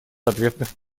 ответных